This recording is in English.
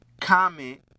comment